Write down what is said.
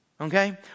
Okay